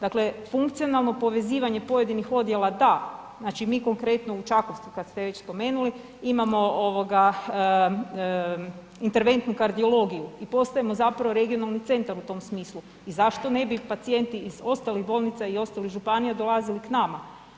Dakle, funkcionalno povezivanje pojedinih odjela da, znači mi konkretno u Čakovcu kad ste već spomenuli imamo interventnu kardiologiju i postajemo zapravo regionalni centar u tom smislu i zašto ne bi pacijenti iz ostalih bolnica i ostalih županija dolaziti k nama.